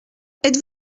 êtes